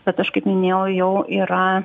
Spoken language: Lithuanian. bet aš kaip minėjau jau yra